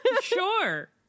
Sure